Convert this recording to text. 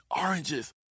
oranges